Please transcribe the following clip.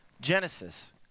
Genesis